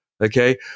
Okay